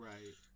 Right